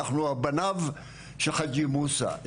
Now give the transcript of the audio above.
אנחנו בניו של חג'י מוסא,